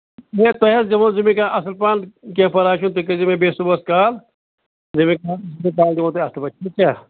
نیر تۄہہِ حظ دِمو زٔمیٖن کَنال اَصٕل پَہم کیٚنٛہہ پَرواے چھُنہٕ تُہۍ کٔرۍزیٚو مےٚ بیٚیہِ صبُحَس کال بیٚیہِ گٔے کٲم بہٕ پَلزو تۄہہِ اَصٕل پٲٹھۍ ٹھیٖک چھا